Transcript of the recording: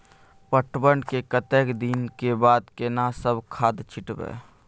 पटवन के कतेक दिन के बाद केना सब खाद छिटबै?